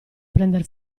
prender